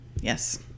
yes